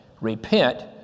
repent